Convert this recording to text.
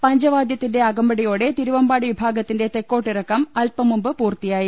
പഞ്ചവാദ്യത്തിന്റെ അകമ്പടിയോടെ തിരുവനമ്പാടി വിഭാഗ ത്തിന്റെ തെക്കോട്ടിറക്കം അൽപംമുമ്പ് പൂർത്തിയായി